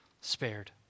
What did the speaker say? spared